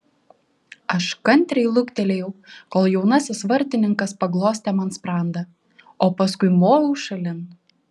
aš kantriai luktelėjau kol jaunasis vartininkas paglostė man sprandą o paskui moviau šalin